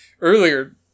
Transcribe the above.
earlier